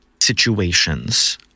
situations